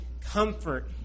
comfort